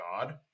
god